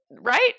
Right